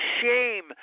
shame